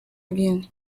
again